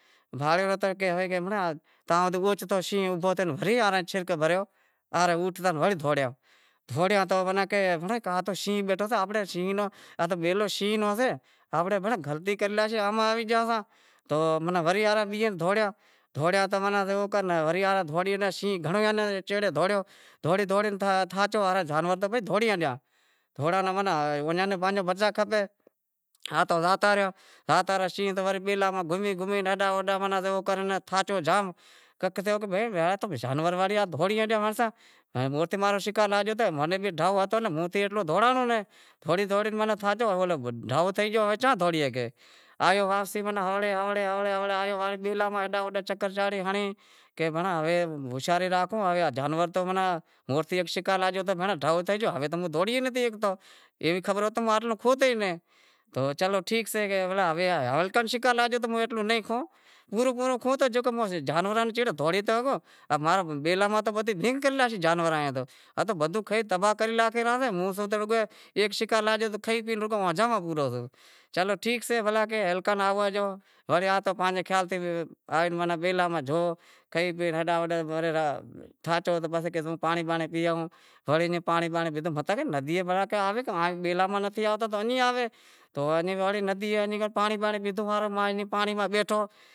ہوے تو بھینڑیاں وری اوچتو شینہں ابھو تھے وری چھرک بھرے اوٹھیو، آ رے اوٹھتے ورے دہوریا کہ شینہں بیٹھو سئے، بیلو تو شینہں رو سئے امڑے بھینڑاں تو گلتی کری لاشے، آمہاں آوی گیاساں تو وری آوے بیہاے دہوڑیا، دہوڑیا تو ماناں شینہں گھنڑو ئی ایئاں رے چھیڑے دہوڑیو، دہوڑی دہوڑی تھاچو، زانور تو بھئی دہوڑی ہالیا، ماناں ایئاں پانجو بچا کھپے ہاں تو زاتا رہیا۔ شینہں تو ماناں بیلاں ماں گھمی گھمی ہیڈاں ہوڈاں تھاچیو جام کنک تھیو کہ ہوے زانور دہوڑی گیا بھینڑساں موہر ماں رو شیکار لاگیو تو، موں نیں بھی ڈھو ہتو ایتلو دہوڑانڑو نے، دہوڑی دہوڑی تھاچو ڈھو تھے گیو چاں دہوڑیئے آیو، واپسی کہ ہونرے ہنورے کہ بیلاں ماں ہیڈاں ہوڈاں کہ چکر چاری ہنڑی کہ ہوے ہوشیاری راکھوں کہ جانور تو بھینڑاں موہرتی ہیک شیکار لاگیو تو ہےہے بھینڑاں ڈھو تھئی گیو ہوے تو موں دہوڑی ئی نتھی شگھتو ایوی شبر ہوئے تو ماں کھاوتو ئی نتھی تو چلو ٹھیک سئے، ہیکولہ شیکار لاگو تو مہں نہیں کھائوں، پورو پورہ کھئوں تو جیہڑو جانوراں سیڑے دہوڑی تاں شاگوں، امارا بیلاں ماہ تو بھینگ کرے لاشیں جانور آیا تو بدہوں کھائے تباہ کری لاشیں، موں تو ایک شیکار لاگو تو رگو کھائی پی ہنجاواں میں پورو سوں۔ چلو ٹھیک سئے ہیکاللے ہالیو ارہو تو ماناں پانھنجے خیال سیں آوے تو بیلا ماں کھئی پی ہیڈاں ہوڈاں تھاچیو تو کہیسے کی ہوں پانڑی بانڑی پی آواں وڑے پانڑے بانڑی پیدہو پسے کہے ندئے ماتھے آویں، بیلاں ماہ نتھی آوتا تو بھلیں نیں ٓٓوین ندیئے ماہ پانڑی بانڑی پیدہو پانڑی ماہ بیٹھو۔